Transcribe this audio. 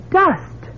dust